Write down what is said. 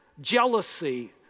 jealousy